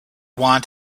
want